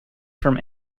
from